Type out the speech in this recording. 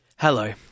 Hello